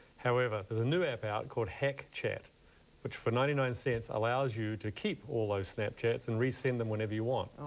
however there's a new app out called hackchat which for ninety nine cents allows you to keep all those snapchats and resend them whenever you want.